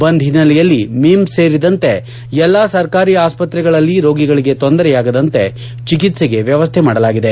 ಬಂದ್ ಹಿನ್ನೆಲೆಯಲ್ಲಿ ಮಿಮ್ಸ್ ಸೇರಿದಂತೆ ಎಲ್ಲ ಸರ್ಕಾರಿ ಆಸ್ಪತ್ರೆಗಳಲ್ಲಿ ರೋಗಿಗಳಿಗೆ ತೊಂದರೆಯಾಗದಂತೆ ಚಿಕಿತ್ಸೆಗೆ ವ್ಯವಸ್ಥೆ ಮಾಡಲಾಗಿದೆ